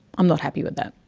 i'm not happy with that.